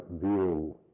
view